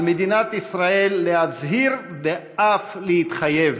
על מדינת ישראל להצהיר ואף להתחייב